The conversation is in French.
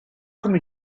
comme